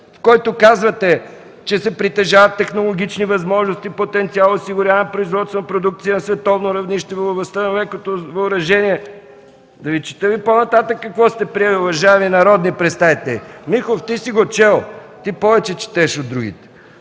в който казвате: „Че се притежават технологични възможности, потенциал, осигуряване производство на продукция на световно равнище в областта на лекото въоръжение…” Да ви чета ли по нататък какво сте приели, уважаеми народни представители. (Реплика от народния представител